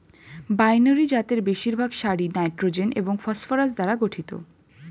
binary জাতের বেশিরভাগ সারই নাইট্রোজেন এবং ফসফরাস দ্বারা গঠিত